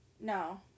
No